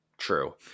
true